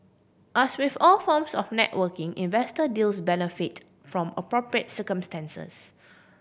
as with all forms of networking investor deals benefit from appropriate circumstances